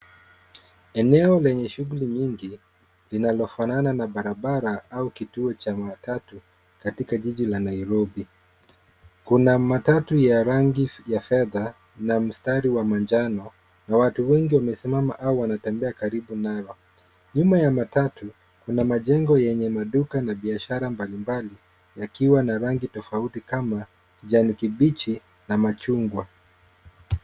Eneo lenye shughuli nyingi, linalofanana na barabara au kituo cha matatu, katika jiji la Nairobi. Kuna matatu ya rangi ya fedha na mstari wa manjano , na watu wengi wamesimama au wanatembea karibu nayo. Nyuma ya matatu, kuna majengo yenye maduka na biashara mbali mbali, yakiwa na rangi tofauti kama kijani kibichi na machungwa.